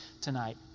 tonight